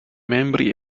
membri